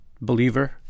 believer